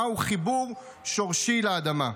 מהו חיבור שורשי לאדמה.